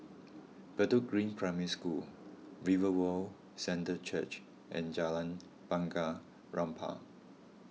Bedok Green Primary School Revival Centre Church and Jalan Bunga Rampai